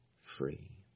free